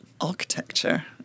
architecture